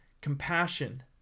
compassion